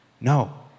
No